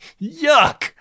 Yuck